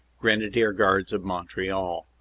grenadier guards of montreal.